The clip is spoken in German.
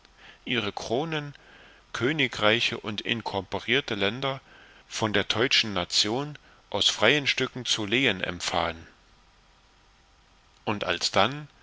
ihre kronen königreiche und inkorporierte länder von der teutschen nation aus freien stücken zu lehen empfahen und alsdann